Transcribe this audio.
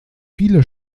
viele